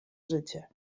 życie